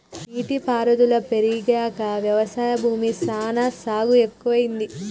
నీటి పారుదల పెరిగాక వ్యవసాయ భూమి సానా సాగు ఎక్కువైంది